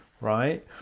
right